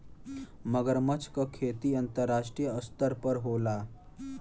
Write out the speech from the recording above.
मगरमच्छ क खेती अंतरराष्ट्रीय स्तर पर होला